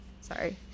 Sorry